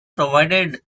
provided